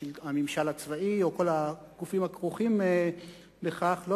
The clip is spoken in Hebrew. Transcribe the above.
הממשל הצבאי וכל הגופים הכרוכים בכך לא